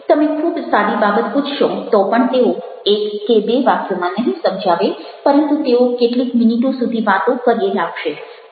તમે ખૂબ સાદી બાબત પૂછશો તો પણ તેઓ એક કે બે વાક્યોમાં નહિ સમજાવે પરંતુ તેઓ કેટલીક મિનીટો સુધી વાતો કર્યે રાખશે